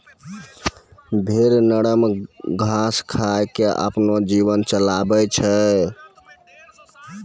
भेड़ नरम घास खाय क आपनो जीवन चलाबै छै